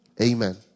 Amen